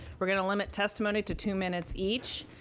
are going to limit testimony to two minutes each.